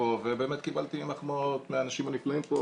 לפה וקיבלתי מחמאות מהאנשים הנפלאים פה,